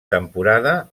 temporada